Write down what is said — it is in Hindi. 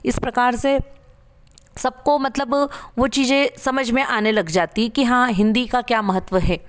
इस प्रकार से सबको मतलब वो चीज़ें समझ में आने लग जाती कि हाँ हिन्दी का क्या महत्व है